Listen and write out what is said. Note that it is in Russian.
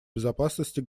безопасности